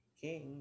king